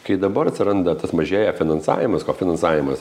kai dabar atsiranda tas mažėja finansavimas kofinansavimas